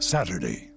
Saturday